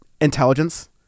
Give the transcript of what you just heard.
intelligence